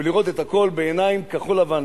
ולראות את הכול בעיניים כחול-לבן.